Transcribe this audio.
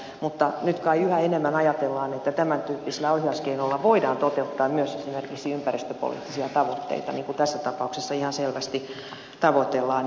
mutta nyt kai yhä enemmän ajatellaan että tämäntyyppisellä ohjauskeinolla voidaan toteuttaa myös esimerkiksi ympäristöpoliittisia tavoitteita niin kuin tässä tapauksessa ihan selvästi tavoitellaan